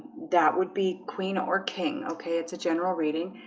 that would be queen or king. okay. it's a general reading.